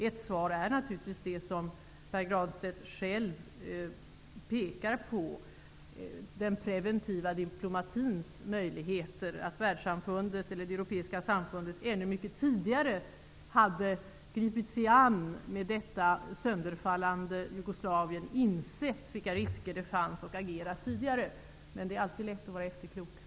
Ett svar är naturligtvis det som Pär Granstedt själv pekar på, nämligen den preventiva diplomatins möjligheter, att Världssamfundet eller det europeiska samfundet mycket tidigare hade agerat och gripit sig an detta sönderfallande Jugoslavien och i tid insett vilka risker det fanns. Men det är alltid lätt att vara efterklok.